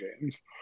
games